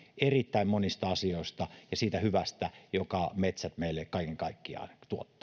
erittäin monista asioista ja siitä hyvästä jonka metsät meille kaiken kaikkiaan